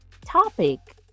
topic